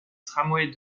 tramway